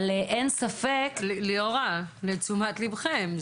אבל אין ספק --- ליאורה, לתשומת לבכם.